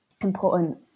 important